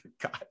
God